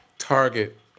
target